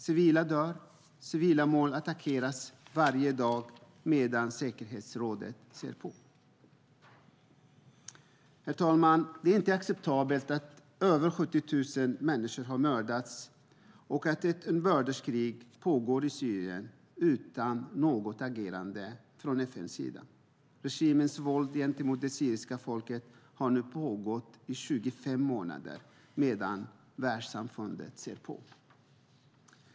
Civila dör, och civila mål attackeras varje dag medan säkerhetsrådet ser på. Herr talman! Det är inte acceptabelt att över 70 000 människor har mördats och att ett inbördeskrig pågår i Syrien utan något agerande från FN:s sida. Regimens våld gentemot det syriska folket har nu pågått i 25 månader medan världssamfundet ser på.